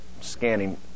Scanning